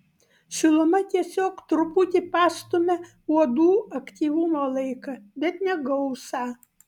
šiluma tiesiog truputį pastumia uodų aktyvumo laiką bet ne gausą